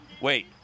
Wait